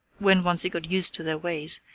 when once you got used to their ways,